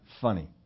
funny